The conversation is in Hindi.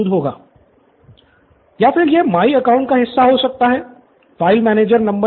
स्टूडेंट निथिन या फिर यह माई अकाउंट का हिस्सा हो सकता है फ़ाइल मैनेजर नंबर के साथ